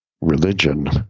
religion